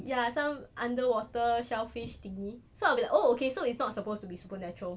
ya some underwater shellfish thingy so I'll be like oh okay so it's not supposed to be supernatural